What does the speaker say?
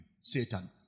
Satan